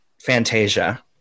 fantasia